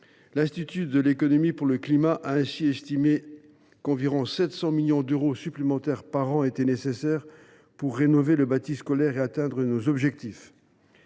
L’Institut de l’économie pour le climat a ainsi estimé qu’environ 700 millions d’euros supplémentaires par an étaient nécessaires pour rénover le bâti scolaire et atteindre nos objectifs.